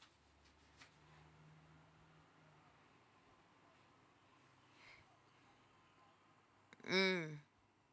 mm